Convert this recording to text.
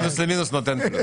מינוס ומינוס נותן פלוס...